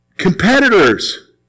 competitors